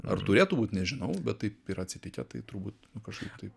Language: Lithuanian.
ar turėtų būt nežinau bet taip yra atsitikę tai turbūt kažkaip tai